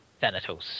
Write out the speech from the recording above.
Thanatos